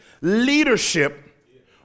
leadership